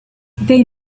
they